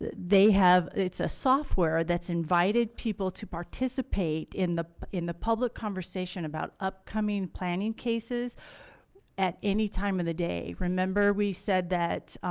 they have it's a software that's invited people to participate in the in the public conversation about up coming planning cases at any time of the day remember we said that?